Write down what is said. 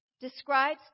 describes